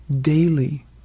daily